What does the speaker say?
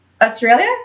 Australia